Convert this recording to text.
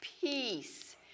peace